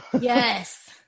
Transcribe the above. Yes